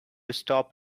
stop